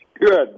Good